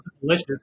delicious